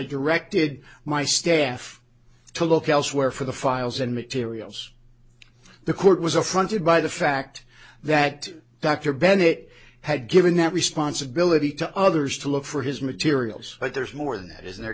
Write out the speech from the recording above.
directed my staff to look elsewhere for the files and materials the court was affronted by the fact that dr bennett had given that responsibility to others to look for his materials but there's more than that is the